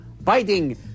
biting